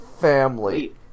family